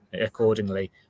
accordingly